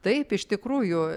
taip iš tikrųjų